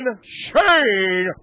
Shane